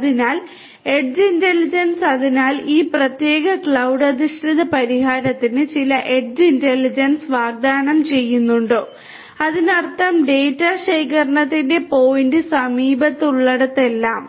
അതിനാൽ edge intelligence അതിനാൽ ഈ പ്രത്യേക ക്ലൌഡ് അധിഷ്ഠിത പരിഹാരത്തിന് ചില എഡ്ജ് ഇന്റലിജൻസ് വാഗ്ദാനം ചെയ്യുന്നുണ്ടോ അതിനർത്ഥം ഡാറ്റ ശേഖരണത്തിന്റെ പോയിന്റിന് സമീപമുള്ളിടത്തെല്ലാം